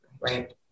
Right